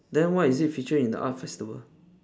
then why is it featured in the arts festival